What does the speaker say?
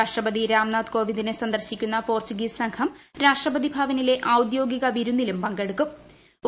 രാഷ്ട്രപതി രാംനാഥ് കോവിന്ദിനെ സന്ദർശിക്കുന്ന പോർച്ചുഗീസ് സംഘം രാഷ്ട്രപതി ഭവനിലെ ഔദ്യോഗിക വിരുന്നിലും പങ്കെടുക്കും